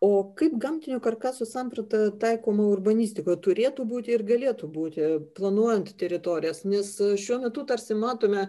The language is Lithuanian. o kaip gamtinio karkaso samprata taikoma urbanistikoj turėtų būti ir galėtų būti planuojant teritorijas nes šiuo metu tarsi matome